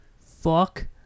Fuck